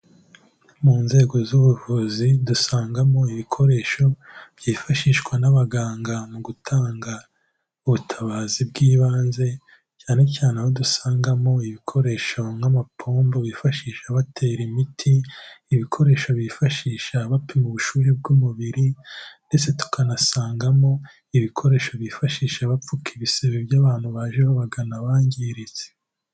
Mu nzego z'ubuvuzi dusangamo ibikoresho byifashishwa n'abaganga mu gutanga ubutabazi bw'ibanze, cyane cyane aho dusangamo ibikoresho nk'amapombo bifashisha batera imiti, ibikoresho bifashisha bapima ubushyuhe bw'umubiri ndetse tukanasangamo ibikoresho bifashisha bapfuka ibisebe by'abantu baje babagana bangiritse.